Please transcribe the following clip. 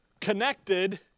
connected